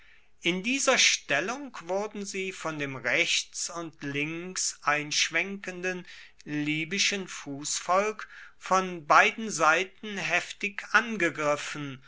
in dieser stellung wurden sie von dem rechts und links einschwenkenden libyschen fussvolk von beiden seiten heftig angegriffen